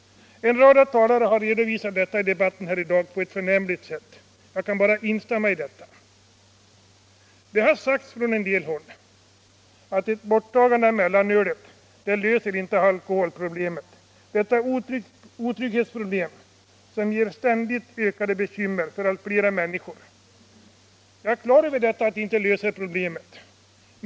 En rad talare har på ett förnämligt sätt redovisat detta i debatten i dag. Jag kan bara instämma med dem. Det har från en del håll sagts att ett borttagande av mellanölet inte löser alkoholproblemet, detta otrygghetsproblem som ger ständigt ökade bekymmer för allt fler människor. Jag är på det klara med detta.